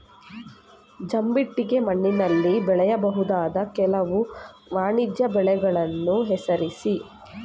ಜಂಬಿಟ್ಟಿಗೆ ಮಣ್ಣಿನಲ್ಲಿ ಬೆಳೆಯಬಹುದಾದ ಕೆಲವು ವಾಣಿಜ್ಯ ಬೆಳೆಗಳನ್ನು ಹೆಸರಿಸಿ?